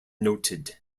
noted